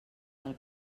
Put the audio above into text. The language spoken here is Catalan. del